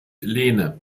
lehne